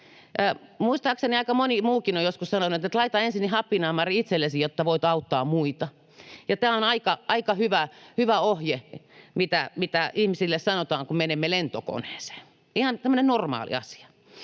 Muistaakseni aika moni muukin on joskus sanonut, että laita ensin happinaamari itsellesi, jotta voit auttaa muita. Tämä on aika hyvä ohje, mitä ihmisille sanotaan, kun menemme lentokoneeseen, ihan tämmöinen normaali asia.